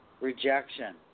Rejection